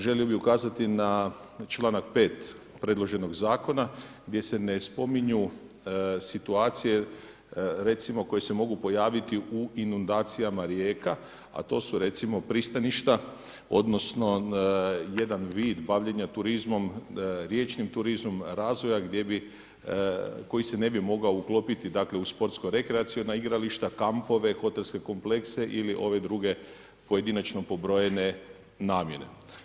Želio bih ukazati na članak 5. predloženog zakona gdje se ne spominju situacije recimo koje se mogu pojaviti u inundacijama rijeka a to su recimo pristaništa odnosno jedan vid bavljenja turizmom, riječnim turizmom razvoja koji se ne bi mogao uklopiti dakle u sportsko-rekreaciona igrališta, kampove, hotelske komplekse ili ove druge pojedinačno pobrojene namjene.